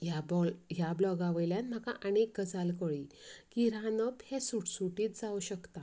ह्या बोल ह्या ब्लाॅगावयल्यान म्हाका आनी एक गजाल कळ्ळी की रांदप हें सुटसुटीत जावंक शकता